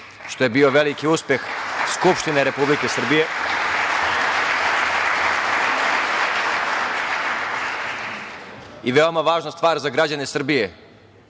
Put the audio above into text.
što je bio veliki uspeh Skupštine Republike Srbije i veoma važna stvar za građanE Srbije,